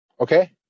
okay